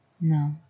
No